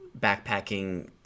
backpacking